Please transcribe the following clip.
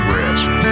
rest